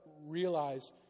realize